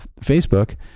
Facebook